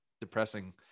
depressing